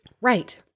Right